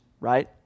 right